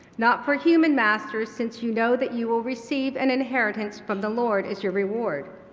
not for human masters, since you know that you will receive an inheritance from the lord as your reward.